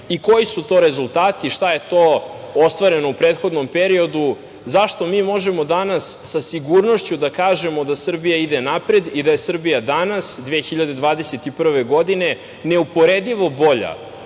Koji su to rezultati? Šta je to ostvareno u prethodnom periodu? Zašto mi možemo danas sa sigurnošću da kažemo da Srbija ide napred i da je Srbija danas 2021. godine neuporedivo bolja